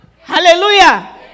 Hallelujah